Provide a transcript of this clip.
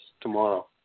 tomorrow